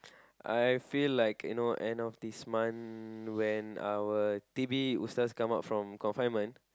I feel like you know end of this month when our T_B starts come out of confinement